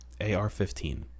AR-15